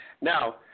Now